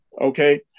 Okay